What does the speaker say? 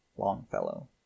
Longfellow